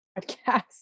podcast